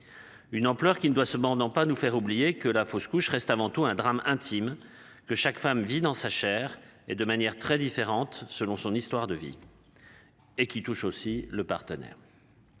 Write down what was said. Une ampleur qui ne doit se bornant pas nous faire oublier que la fausse couche reste avant tout un drame intime que chaque femme vit dans sa Chair et de manière très différente selon son histoire de vie. Et qui touche aussi le partenaire.